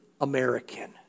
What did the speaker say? American